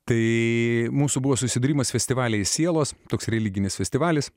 tai mūsų buvo susidūrimas festivaliai sielos toks religinis festivalis